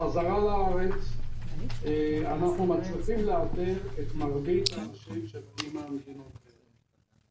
בחזרה לארץ אנחנו מצליחים לאתר את מרבית האנשים שחוזרים מהמדינות האלה.